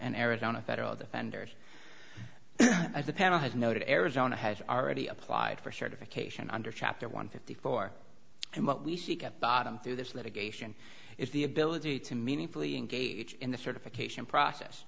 and arizona federal defenders of the panel has noted arizona has already applied for certification under chapter one fifty four and what we seek at bottom through this litigation is the ability to meaningfully engage in the certification process